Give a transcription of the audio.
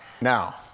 Now